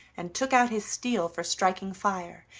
and took out his steel for striking fire,